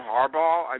Harbaugh